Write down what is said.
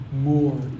more